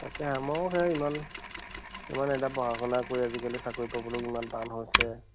তাকে আমাৰো সেই ইমান ইমান এটা পঢ়া শুনা কৰি আজিকালি চাকৰি পাবলৈ ইমান টান হৈছে